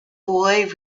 boy